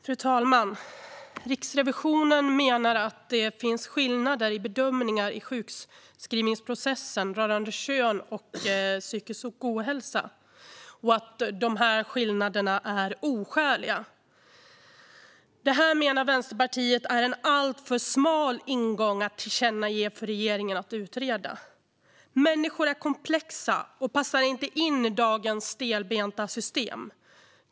Fru talman! Riksrevisionen menar att det finns skillnader i bedömningar i sjukskrivningsprocessen rörande kön och psykisk ohälsa och att dessa skillnader är oskäliga. Detta, menar Vänsterpartiet, är en alltför smal ingång att tillkännage för regeringen att utreda. Människor är komplexa och passar inte in i dagens stelbenta system.